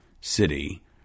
city